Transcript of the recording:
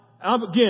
Again